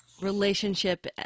relationship